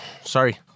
Sorry